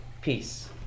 peace